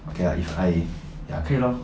okay ah if I feel ya 可以 lor